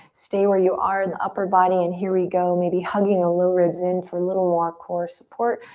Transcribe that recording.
stay where you are in the upper body and here we go. maybe hugging the low ribs in for a little more core support.